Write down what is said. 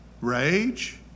Rage